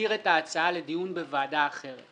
- להעביר את ההצעה לדיון בוועדה אחרת.